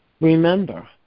Remember